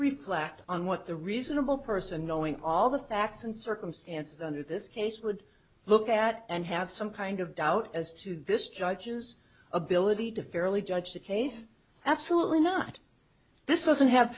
reflect on what the reasonable person knowing all the facts and circumstances under this case would look at and have some kind of doubt as to this judge's ability to fairly judge the case absolutely not this doesn't have